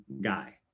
guy